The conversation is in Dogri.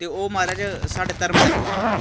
ते ओह् महाराज साढ़े धर्म दे खलाफ ऐ